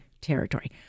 territory